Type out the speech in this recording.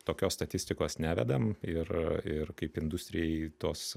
tokios statistikos nevedam ir ir kaip industrijai tos